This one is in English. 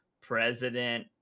President